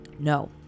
No